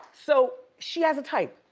so she has a type,